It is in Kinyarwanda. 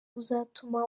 uzatuma